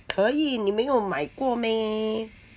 可以你没有买过 meh